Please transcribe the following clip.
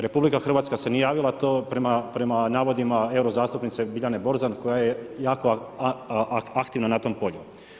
RH se nije javila, a to prema navodima eurozastupnice Biljane Borzan koja je jako aktivna na tom polju.